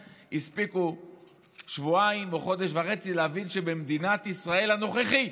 כבר הספיקו שבועיים או חודש וחצי כדי להבין שבמדינת ישראל הנוכחית,